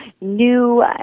new